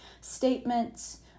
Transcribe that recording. statements